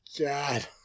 God